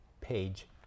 page